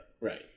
Right